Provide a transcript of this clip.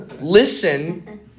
listen